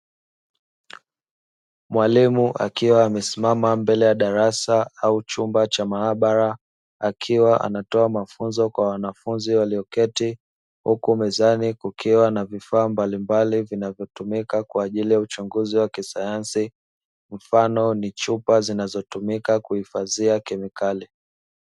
Mwalimu akiwa amesimama mbele ya darasa au chumba cha maabara, akiwa anatoa mafunzo kwa wanafunzi walioketi huku mezani kukiwa na vifaa mbalimbali vinavyotumika kwa ajili ya uchunguzi wa kisayansi mfano ni chupa zinazotumika kuhifadhia kemikali.